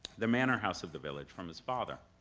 the manor house of the village, from his father.